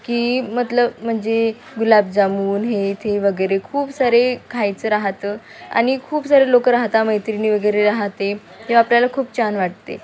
की मतलब म्हणजे गुलाबजामुन हे ते वगैरे खूप सारे खायचं राहतं आणि खूप सारे लोकं राहतात मैत्रिणी वगैरे राहते हे आपल्याला खूप छान वाटते